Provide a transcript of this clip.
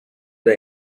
the